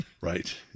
right